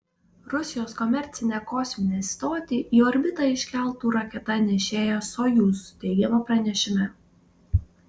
rusijos komercinę kosminę stotį į orbitą iškeltų raketa nešėja sojuz teigiama pranešime